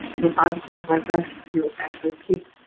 repositories like this who actually keep